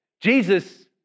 Jesus